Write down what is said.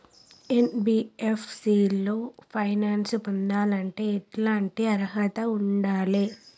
NBFC లో finance పొందాలంటే ఎట్లాంటి అర్హత ఉండాలే?